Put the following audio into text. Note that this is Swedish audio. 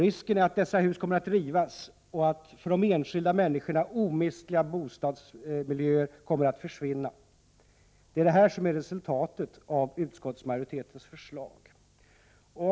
Risken är att dessa hus kan komma att rivas och att för de enskilda människorna omistliga boendemiljöer kommer att försvinna. Det är detta som blir resultatet av utskottsmajoritetens förslag.